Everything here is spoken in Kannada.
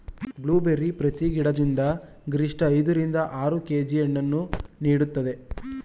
ಬ್ಲೂಬೆರ್ರಿ ಪ್ರತಿ ಗಿಡದಿಂದ ಗರಿಷ್ಠ ಐದ ರಿಂದ ಆರು ಕೆ.ಜಿ ಹಣ್ಣನ್ನು ನೀಡುತ್ತದೆ